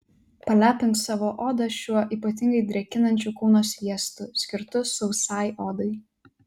palepink savo odą šiuo ypatingai drėkinančiu kūno sviestu skirtu sausai odai